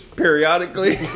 periodically